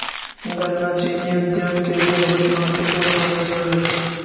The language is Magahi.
गन्ना चीनी उद्योग के लिए बहुत महत्वपूर्ण मानल जा हई